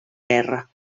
guerra